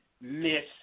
Miss